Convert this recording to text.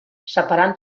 separant